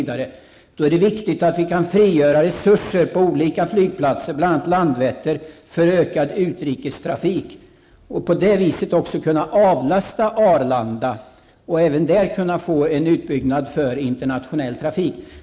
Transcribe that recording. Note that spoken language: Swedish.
Då är det viktigt att vi kan frigöra resurser på olika flygplatser, bl.a. på Landvetter, för ökad utrikestrafik. På det viset skall vi också kunna avlasta Arlanda och även där få en utbyggnad för internationell trafik.